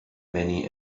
many